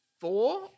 four